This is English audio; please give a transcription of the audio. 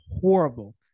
horrible